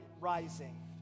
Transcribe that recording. rising